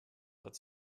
hat